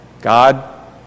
God